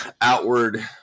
outward